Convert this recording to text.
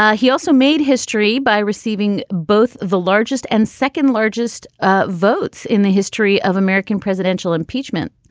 ah he also made history by receiving both the largest and second largest ah votes in the history of american presidential impeachment.